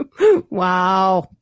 Wow